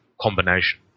combination